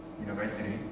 university